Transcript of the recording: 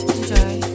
Enjoy